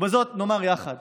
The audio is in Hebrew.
ובזאת נאמר יחד